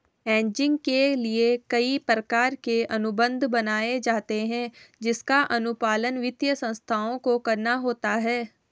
hedging के लिए कई प्रकार के अनुबंध बनाए जाते हैं जिसका अनुपालन वित्तीय संस्थाओं को करना होता है